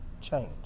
change